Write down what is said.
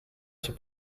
się